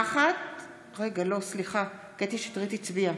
נוכחת סליחה, קטי שטרית הצביעה.